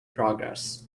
progress